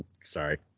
Sorry